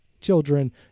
children